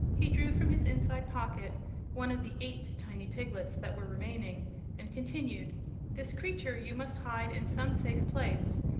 he drew from his inside pocket one of the eight tiny piglets that were remaining and continued this creature you must hide in some safe place,